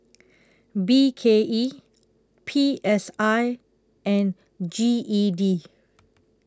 B K E P S I and G E D